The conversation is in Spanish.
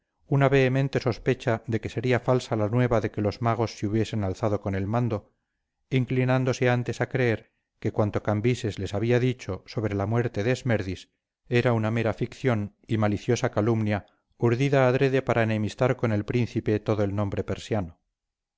una vehemente sospecha de que sería falsa la nueva de que los magos se hubiesen alzado con el mando inclinándose antes a creer que cuanto cambises les había dicho sobre la muerte de esmerdis era una mera ficción y maliciosa calumnia urdida adrede para enemistar con el príncipe todo el nombre persiano